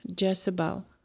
Jezebel